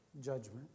judgment